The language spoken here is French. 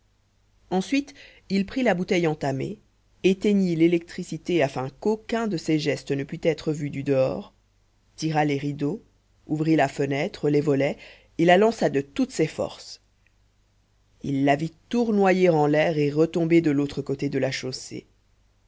ensuite il prit la bouteille entamée éteignit l'électricité afin qu'aucun de ses gestes ne pût être vu du dehors tira les rideaux ouvrit la fenêtre les volets et la lança de toutes ses forces il la vit tournoyer en l'air et retomber de l'autre côté de la chaussée